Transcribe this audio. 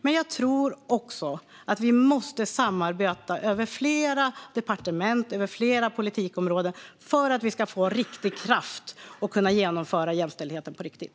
Men jag tror också att det måste ske ett samarbete mellan flera departement och politikområden för att vi ska få riktig kraft att genomföra jämställdheten på riktigt.